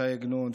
ש"י עגנון,